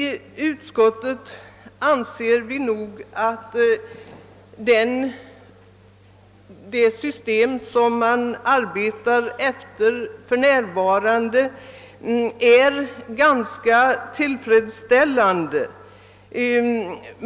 I utskottet anser vi att det system som för närvarande tillämpas är ganska tillfredsställande.